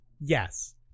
Yes